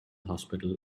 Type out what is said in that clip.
hospital